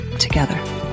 together